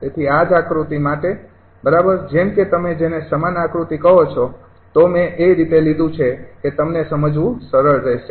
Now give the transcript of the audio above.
તેથી આ જ આકૃતિ માટે બરાબર જેમ કે તમે જેને સમાન આકૃતિ કહો છો તે મેં એ રીતે લીધું છે કે તે તમને સમજવું સરળ રહેશે